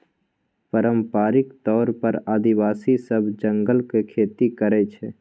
पारंपरिक तौर पर आदिवासी सब जंगलक खेती करय छै